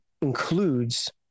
includes